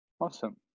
Awesome